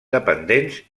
dependents